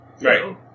Right